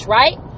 right